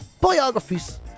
Biographies